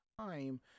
time